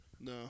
No